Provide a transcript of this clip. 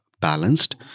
Balanced